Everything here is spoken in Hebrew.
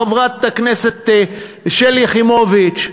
חברת הכנסת שלי יחימוביץ.